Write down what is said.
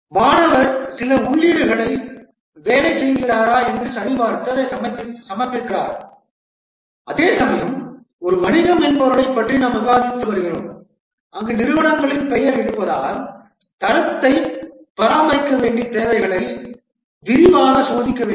மாணவர் சில உள்ளீடுகளுக்கு வேலை செய்கிறாரா என்று சரிபார்த்து அதை சமர்ப்பிக்கிறார் அதேசமயம் ஒரு வணிக மென்பொருளைப் பற்றி நாம் விவாதித்து வருகிறோம் அங்கு நிறுவனங்களின் பெயர் இருப்பதால் தரத்தை பராமரிக்க வேண்டிய தேவைகளை விரிவாக சோதிக்க வேண்டும்